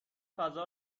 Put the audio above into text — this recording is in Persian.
فضا